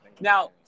Now